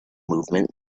movement